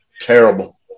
Terrible